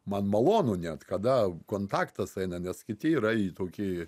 man malonu net kada kontaktas eina nes kiti yra y toki